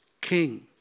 king